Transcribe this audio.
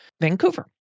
Vancouver